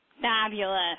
Fabulous